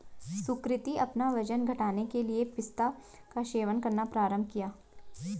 सुकृति अपना वजन घटाने के लिए पिस्ता का सेवन करना प्रारंभ किया